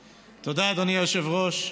תודה, אדוני היושב-ראש.